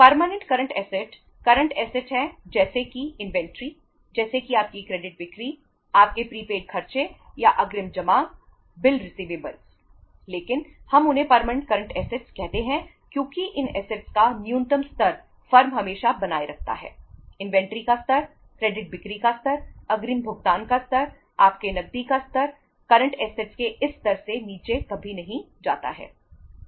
permanent current assets के इस स्तर से नीचे कभी नहीं जाता है